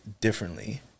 differently